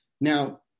Now